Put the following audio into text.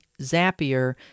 Zapier